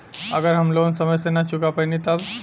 अगर हम लोन समय से ना चुका पैनी तब?